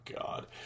God